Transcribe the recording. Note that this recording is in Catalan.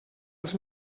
els